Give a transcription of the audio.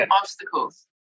obstacles